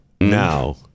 now